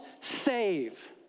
save